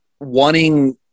wanting